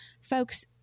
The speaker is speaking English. Folks